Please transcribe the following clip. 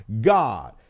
God